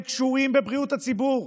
הם קשורים בבריאות הציבור,